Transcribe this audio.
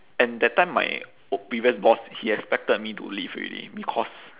and that time my o~ previous boss he expected me to leave already because